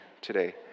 today